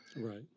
Right